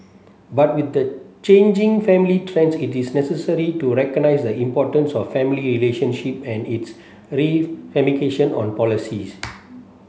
but with the changing family trends it is necessary to recognise the importance of family relationships and its ramification on policies